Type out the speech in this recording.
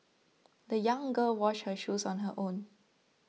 the young girl washed her shoes on her own